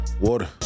Water